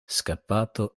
scappato